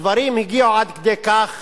הדברים הגיעו עד כדי כך